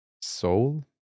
soul